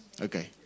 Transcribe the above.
Okay